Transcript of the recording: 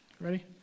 Ready